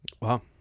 Wow